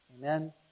Amen